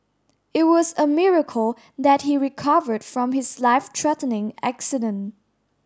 it was a miracle that he recovered from his life threatening accident